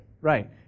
right